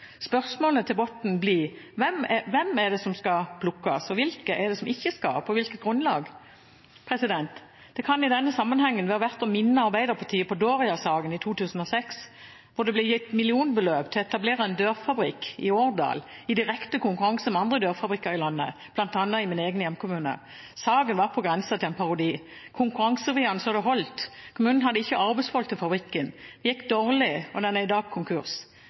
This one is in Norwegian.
Spørsmålet til Botten blir: Hvilke bedrifter er det som skal plukkes, og hvilke er det som ikke skal plukkes? Og på hvilket grunnlag? Det kan i denne sammenhengen være verdt å minne Arbeiderpartiet om Dooria-saken i 2006, hvor det ble gitt millionbeløp til å etablere en dørfabrikk i Årdal i direkte konkurranse med andre dørfabrikker i landet, bl.a. i min egen hjemkommune. Saken var på grensa til en parodi og konkurransevridende så det holdt. Kommunen hadde ikke arbeidsfolk til fabrikken. Den gikk dårlig, og den er i dag konkurs.